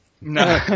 No